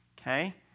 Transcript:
Okay